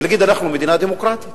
ולהגיד: אנחנו מדינה דמוקרטית.